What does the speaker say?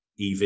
EV